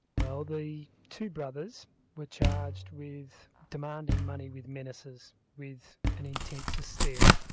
well the two brothers were charged with demanding money with menaces with an intent to steal,